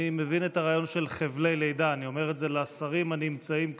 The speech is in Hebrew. אני אומר את זה לשרים הנמצאים כאן,